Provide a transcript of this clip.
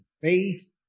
faith